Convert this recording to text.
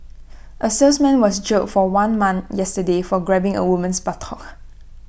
A salesman was jailed for one month yesterday for grabbing A woman's buttock